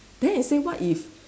then I say what if